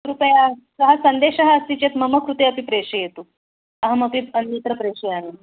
कृपया सः सन्देशः अस्ति चेत् मम कृते अपि प्रेषयतु अहमपि अन्यत्र प्रेषयामि